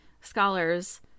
scholars